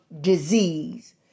disease